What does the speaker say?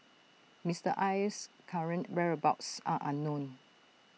Mister Aye's current whereabouts are unknown